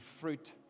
fruit